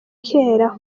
kera